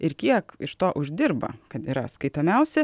ir kiek iš to uždirba kad yra skaitomiausi